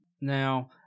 Now